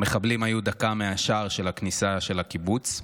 המחבלים היו דקה מהשער של הכניסה של הקיבוץ,